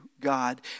God